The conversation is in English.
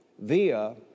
via